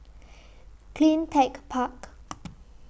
CleanTech Park